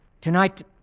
Tonight